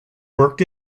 worked